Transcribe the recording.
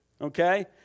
Okay